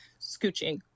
scooching